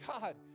God